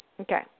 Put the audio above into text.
Okay